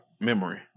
memory